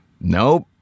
nope